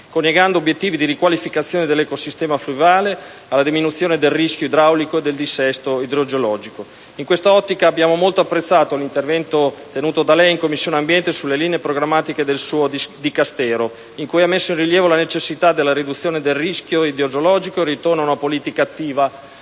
collegando obiettivi di riqualificazione dell'ecosistema fluviale alla diminuzione del rischio idraulico e del dissesto idrogeologico. In quest'ottica abbiamo molto apprezzato l'intervento da lei tenuto in Commissione ambiente sulle linee programmatiche del suo Dicastero, in cui ha messo in rilievo la necessità della riduzione del rischio idrogeologico e il ritorno a una politica attiva